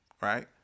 right